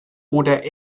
oder